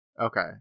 Okay